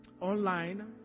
online